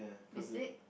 is it